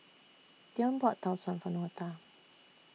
Deon bought Tau Suan For Dortha